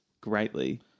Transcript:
greatly